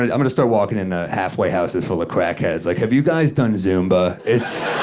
and i'm gonna start walking into halfway houses full of crack heads like have you guys done zumba? it's